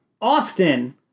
Austin